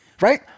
right